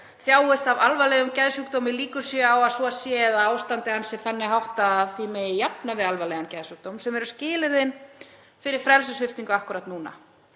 þjáist af alvarlegum geðsjúkdómi eða líkur eru á að svo sé eða að ástandi hans er þannig háttað að því megi jafna við alvarlegan geðsjúkdóm, sem eru skilyrðin fyrir frelsissviptingu akkúrat núna.